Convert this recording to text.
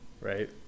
right